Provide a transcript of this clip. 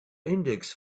index